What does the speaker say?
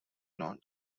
non